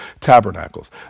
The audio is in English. Tabernacles